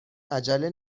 عجله